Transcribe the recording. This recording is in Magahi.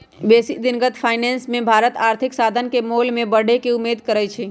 बेशी दिनगत फाइनेंस मे भारत आर्थिक साधन के मोल में बढ़े के उम्मेद करइ छइ